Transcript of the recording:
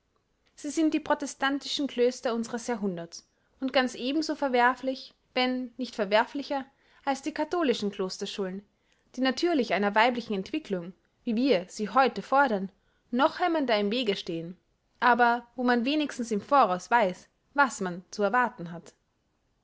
sie sind die protestantischen klöster unseres jahrhunderts und ganz ebenso verwerflich wenn nicht verwerflicher als die katholischen klosterschulen die natürlich einer weiblichen entwicklung wie wir sie heute fordern noch hemmender im wege stehen aber wo man wenigstens im voraus weiß was man zu erwarten hat